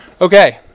Okay